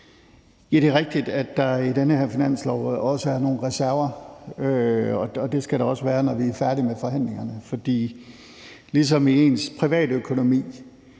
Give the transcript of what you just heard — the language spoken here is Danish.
Det er rigtigt, at der i den her finanslov også er nogle reserver, og det skal der også være, når vi er færdige med forhandlingerne. For det er, ligesom det er i ens privatøkonomi,